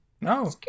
No